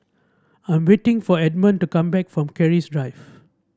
I am waiting for Edmon to come back from Keris Drive